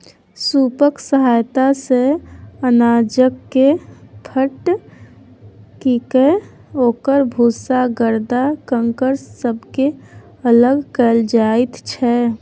सूपक सहायता सँ अनाजकेँ फटकिकए ओकर भूसा गरदा कंकड़ सबके अलग कएल जाइत छै